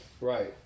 Right